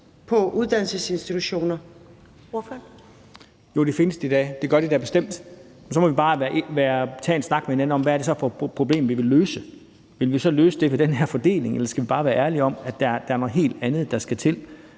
Poulsen (KF) : Jo, de findes, det gør de da bestemt. Så må vi bare tage en snak med hinanden om, hvad det så er for et problem, vi vil løse. Vil vi så løse det ved den her fordeling, eller skal vi bare være ærlige om, at der er noget helt andet, der skal til?